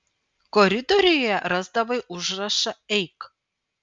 koridoriuje rasdavai užrašą eik